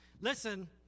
Listen